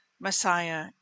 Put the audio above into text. Messiah